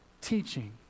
teaching